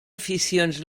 aficions